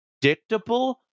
predictable